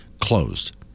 closed